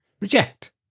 Reject